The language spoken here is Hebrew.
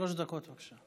שלוש דקות, בבקשה.